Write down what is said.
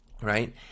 right